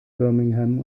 birmingham